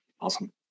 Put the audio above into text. Awesome